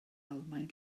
almaen